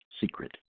secret